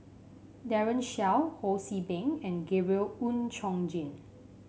Daren Shiau Ho See Beng and Gabriel Oon Chong Jin